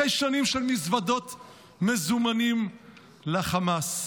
אחרי שנים של מזוודות מזומנים לחמאס.